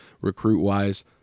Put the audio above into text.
recruit-wise